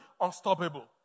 unstoppable